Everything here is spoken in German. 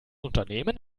unternehmen